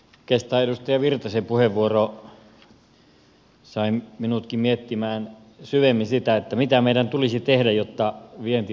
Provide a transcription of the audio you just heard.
oikeastaan edustaja virtasen puheenvuoro sai minutkin miettimään syvemmin sitä mitä meidän tulisi tehdä jotta vienti vetäisi